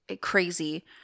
crazy